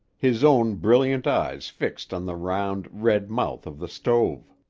his own brilliant eyes fixed on the round, red mouth of the stove.